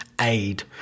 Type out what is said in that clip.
aid